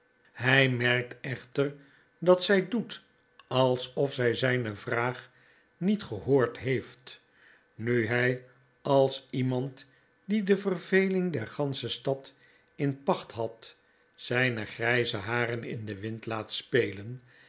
hjj merkt echter dat zy doet alsofzy zijne vraag niet gehoord heeft nu hij als iemand die de verveling der gansche stad in pacht had zijne grijze haren in den wind laat spelen